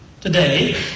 today